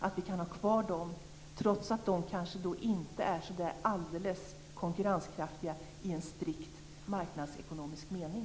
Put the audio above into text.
Det gäller också trots att de kanske inte är så alldeles konkurrenskraftiga i strikt marknadsekonomisk mening.